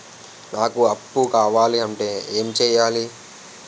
నాకు అప్పు కావాలి అంటే ఎం చేయాలి?